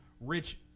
Rich